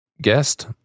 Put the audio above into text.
guest